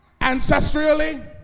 ancestrally